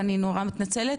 ואני מתנצלת.